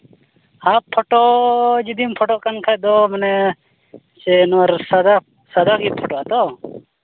half photo ᱡᱩᱫᱤᱢ ᱯᱷᱳᱴᱳᱜ ᱠᱷᱟᱱ ᱫᱚ ᱢᱟᱱᱮ ᱥᱮ ᱱᱚᱣᱟ ᱥᱟᱫᱟ ᱥᱟᱫᱟ ᱜᱮᱢ ᱯᱷᱳᱴᱳᱜᱼᱟ ᱛᱚ